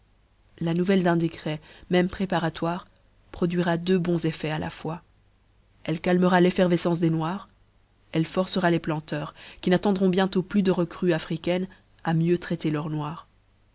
la nouvelle d'un décret même préparatoire produira deux bons effets à la fois elle calmera l'èffervefcence des noirs elle forcera les planteurs qui n'attendront bientôt plus de recrues africaines à mieux traiter leurs noirs